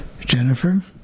Jennifer